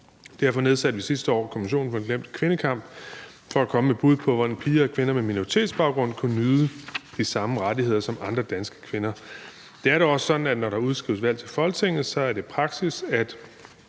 og vi nedsatte sidste år Kommissionen for den glemte kvindekamp for at komme med bud på, hvordan piger og kvinder med minoritetsbaggrund kunne nyde de samme rettigheder som andre danske kvinder. Det er dog også sådan, at når der udskrives valg til Folketinget, er det praksis, at